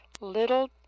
little